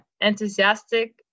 enthusiastic